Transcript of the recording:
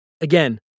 Again